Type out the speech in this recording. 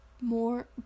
more